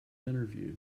interview